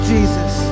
Jesus